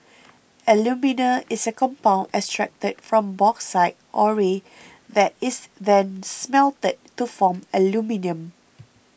alumina is a compound extracted from bauxite ore that is then smelted to form aluminium